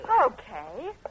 Okay